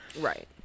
Right